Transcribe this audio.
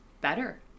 better